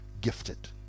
gifted